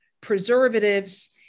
preservatives